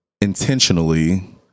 intentionally